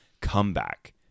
comeback